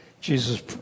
Jesus